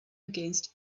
against